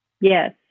Yes